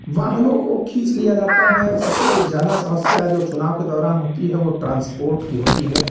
वाहनों को खींच लिया जाता है सबसे ज़्यादा समस्या जो चुनाव के दौरान होती है वह ट्रांसपोर्ट की होती है